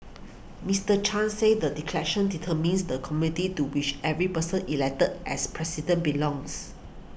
Mister Chan said the declaration determines the community to which every person elected as President belongs